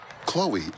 Chloe